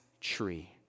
tree